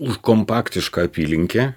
už kompaktišką apylinkę